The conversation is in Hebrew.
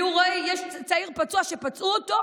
והוא רואה צעיר שפצעו אותו,